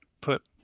put